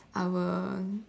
I will